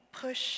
push